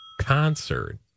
concert